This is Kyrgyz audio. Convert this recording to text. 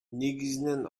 негизинен